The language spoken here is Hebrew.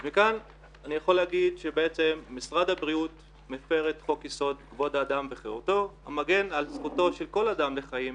מכיר את זה מעבודתי הקודמת,